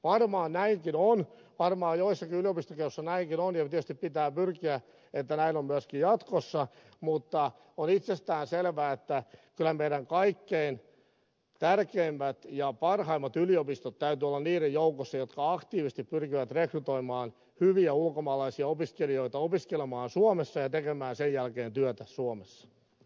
varmaan näinkin on varmaan joissakin yliopistokeskuksissa näinkin on ja tietysti pitää pyrkiä siihen että näin on myöskin jatkossa mutta on itsestään selvää että kyllä meidän kaikkein tärkeimpien ja parhaimpien yliopistojen täytyy olla niiden joukossa jotka aktiivisesti pyrkivät rekrytoimaan hyviä ulkomaalaisia opiskelijoita opiskelemaan suomessa ja tekemään sen jälkeen työtä suomessa